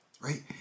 right